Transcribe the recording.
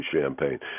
Champagne